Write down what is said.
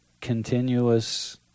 continuous